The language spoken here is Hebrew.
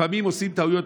לפעמים עושים טעויות,